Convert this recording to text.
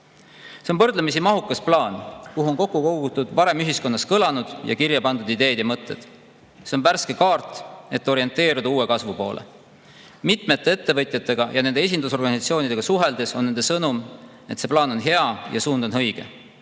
See on võrdlemisi mahukas plaan, kuhu on kokku kogutud varem ühiskonnas kõlanud ja kirja pandud ideed ja mõtted. See on värske kaart, et orienteeruda uue kasvu poole. Mitmete ettevõtjatega ja nende esindusorganisatsioonidega suheldes on nende sõnum olnud, et see plaan on hea ja suund on õige.